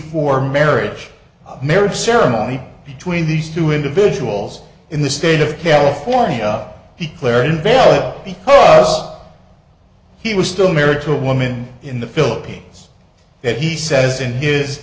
four marriage marriage ceremony between these two individuals in the state of california he clearly because he was still married to a woman in the philippines that he says in his